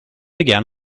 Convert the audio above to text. began